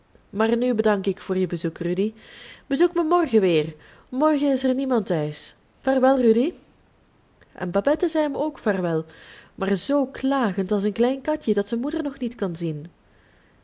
maar nu bedank ik je voor je bezoek rudy bezoek mij morgen weer morgen is er niemand thuis vaarwel rudy en babette zei hem ook vaarwel maar zoo klagend als een klein katje dat zijn moeder nog niet kan zien